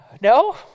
No